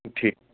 ٹھیٖک